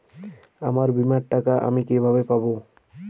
আমার বীমার টাকা আমি কিভাবে পাবো?